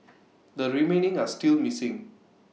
the remaining are still missing